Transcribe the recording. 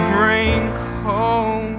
raincoat